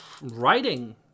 writing